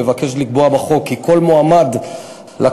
מבקשת לקבוע בחוק כי כל מועמד לכנסת,